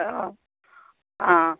অঁ অঁ